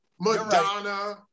Madonna